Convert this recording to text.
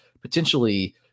potentially